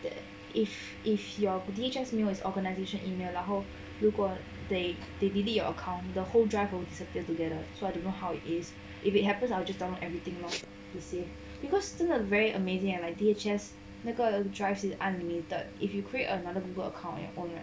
that if if your D_H_S 没有 as organisation email 然后如果 they they delete your account the whole drive will disappear together so I don't know how it is if it happens I'll just dump everything lor to safe because still a very amazing and like D_H_S 那个 drive is unlimited if you create another Google account and oh ya